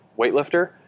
weightlifter